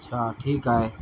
अच्छा ठीकु आहे